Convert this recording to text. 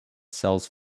sells